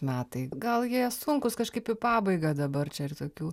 metai gal jie sunkūs kažkaip į pabaigą dabar čia ir tokių